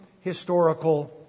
historical